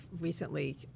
recently